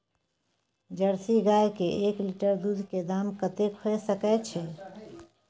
Jersey गाय के एक लीटर दूध के दाम कतेक होय सके छै?